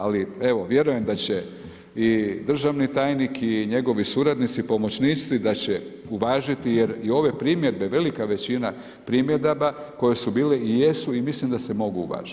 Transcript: Ali evo, vjerujem da će i državni tajnik i njegovi suradnici, pomoćnici da će uvažiti jer i ove primjedbe velika većina primjedaba koje su bile i jesu i mislim da se mogu uvažiti.